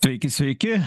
sveiki sveiki